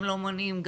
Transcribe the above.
גם לאומנים,